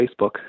Facebook